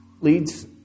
leads